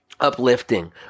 uplifting